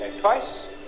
twice